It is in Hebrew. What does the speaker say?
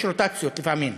יש רוטציות לפעמים.